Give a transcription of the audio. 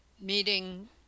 meeting